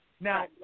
Now